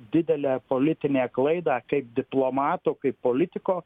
didelę politinę klaidą kaip diplomato kaip politiko